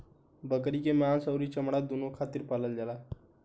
बकरी के मांस अउरी चमड़ा दूनो खातिर पालल जाला